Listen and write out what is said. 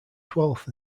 twelfth